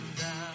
down